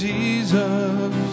Jesus